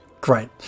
great